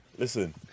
Listen